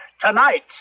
tonight